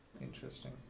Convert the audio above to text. Interesting